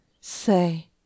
Say